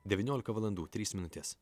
devyniolika valandų trys minutės